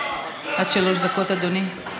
שלוש דקות, אדוני.